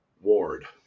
ward